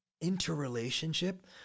interrelationship